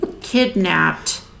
kidnapped